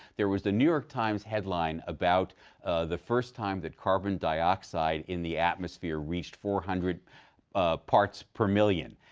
there was the new york times headline about the first time that carbon dioxide in the atmosphere reached four hundred parts per million.